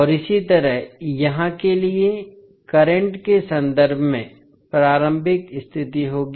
और इसी तरह यहां के लिए करंट के संदर्भ में प्रारंभिक स्थिति होगी